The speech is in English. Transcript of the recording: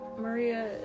Maria